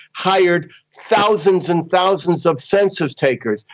hired thousands and thousands of census takers,